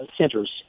centers